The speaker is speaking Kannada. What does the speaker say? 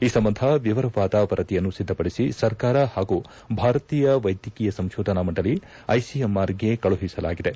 ಈ ಸಂಬಂಧ ವಿವರವಾದ ವರದಿಯನ್ನು ಸಿದ್ದಪಡಿಸಿ ಸರ್ಕಾರ ಹಾಗೂ ಭಾರತೀಯ ವೈದ್ಯಕೀಯ ಸಂಶೋಧನಾ ಮಂಡಳಿ ಐಸಿಎಂಆರ್ಗೆ ಕಳುಹಿಸಲಾಗಿದೆ